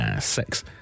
six